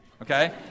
Okay